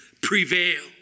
prevail